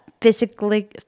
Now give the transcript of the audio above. physically